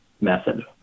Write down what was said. method